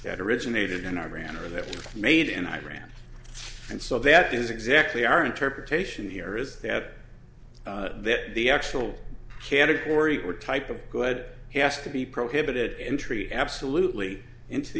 that originated in iran or that made in iran and so that is exactly our interpretation here is that the actual category or type of good he asked to be prohibited entry absolutely into the